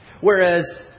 Whereas